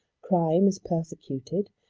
crime is persecuted,